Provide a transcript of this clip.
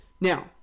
Now